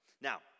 Now